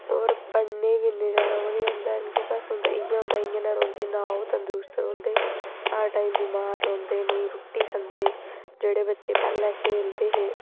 होर पढ़ने गी इन्ने जैदा ओह् बी निं होंदे ऐ कि केह् अस सुनदे इ'यै होंदा इ'यां रौंह्दे न ओह् तंदरूस्त रौंह्दे हर टाइम बमार रौंह्दे नेईं रुट्टी खंदे जेह्ड़े बच्चे पैह्लें खेलदे हे